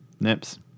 Nips